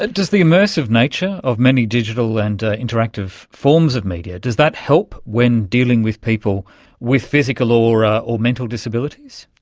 and does the immersive nature of many digital and interactive forms of media, does that help when dealing with people with physical or ah or mental disabilities?